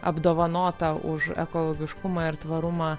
apdovanota už ekologiškumą ir tvarumą